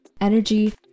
energy